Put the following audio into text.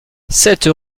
sept